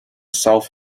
south